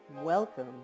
Welcome